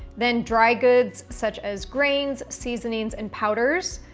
then, dry goods such as grains, seasonings, and powders.